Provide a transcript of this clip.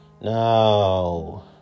no